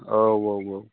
औ औ औ